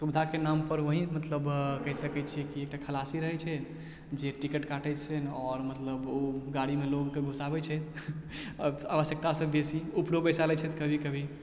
सुविधाके नामपर वही मतलब कही सकय छियै कि एकटा खलासी रहय छै जे टिकट काटय छै आओर मतलब उ गाड़ीमे लोगके घुसाबय छै आवश्यकतासँ बेसी उपरो बैसा लै छथि कभी कभी